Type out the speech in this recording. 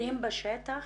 בשטח.